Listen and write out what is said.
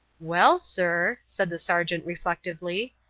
well, sir, said the sergeant reflectively,